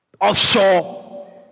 Offshore